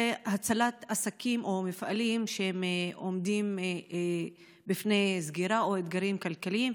הצלת עסקים או מפעלים שעומדים בפני סגירה או אתגרים כלכליים.